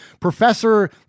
Professor